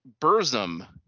Burzum